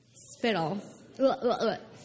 Spittle